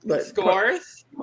Scores